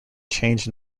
change